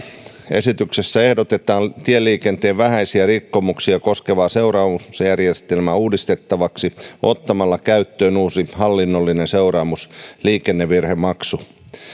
esityksessä ehdotetaan tieliikenteen vähäisiä rikkomuksia koskevaa seuraamusjärjestelmää uudistettavaksi ottamalla käyttöön uusi hallinnollinen seuraamus liikennevirhemaksu